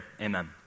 Amen